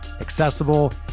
accessible